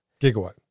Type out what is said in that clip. gigawatt